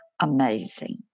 amazing